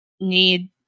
need